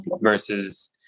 versus